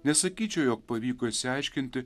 nesakyčiau jog pavyko išsiaiškinti